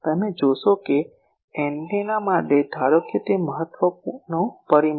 તમે જોશો કે એન્ટેના માટે ધારો કે તે મહત્વનો પરિમાણ છે